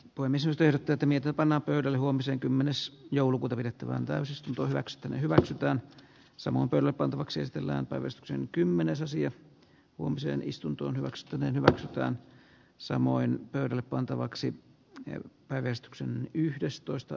poimi sister täti mitä panna pöydälle huomisen kymmenes joulukuuta pidettävään täysistuntoon wecksten hyväksytään samoin pele pantavaksi esitellään päivystyksen kymmenesosia omseen istuntoon weckstenin hyväksytään samoin pöydälle pantavaksi tien pää veistoksen yhdestoista